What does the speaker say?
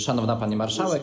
Szanowna Pani Marszałek!